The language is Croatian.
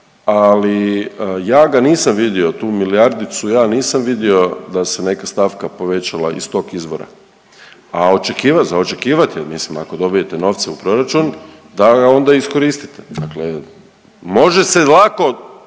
ali ja ga nisam vidio, tu milijardicu, ja nisam vidio da se neka stavka povećala iz tog izvora, a očekivat je, za očekivat je mislim ako dobijet novce u proračun da ga onda iskoristite, dakle može se lako